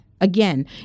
Again